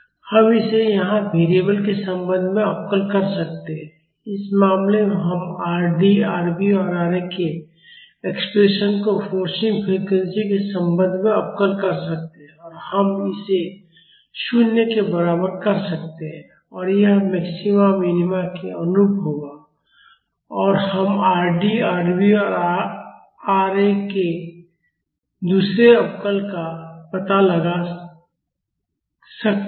हम इसे यहां वेरिएबल के संबंध में अवकल कर सकते हैं इस मामले में हम Rd Rv और Ra के एक्सप्रेशंस को फोर्सिंग फ्रीक्वेंसी के संबंध में अवकल कर सकते हैं और हम इसे 0 के बराबर कर सकते हैं और यह मैक्सिमा या मिनिमा के अनुरूप होगा और हम आरडी आरवी और रा के दूसरे अवकल का पता लगा कर सकते हैं